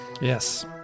Yes